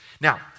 Now